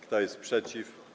Kto jest przeciw?